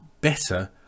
better